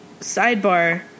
sidebar